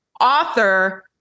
author